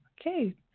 Okay